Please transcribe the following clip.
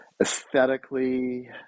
aesthetically